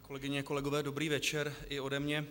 Kolegyně, kolegové, dobrý večer i ode mě.